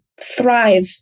thrive